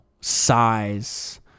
size